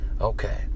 Okay